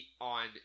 on